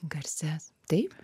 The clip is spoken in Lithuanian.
garsias taip